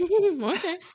Okay